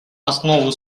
основу